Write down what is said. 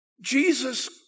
Jesus